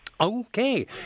Okay